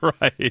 right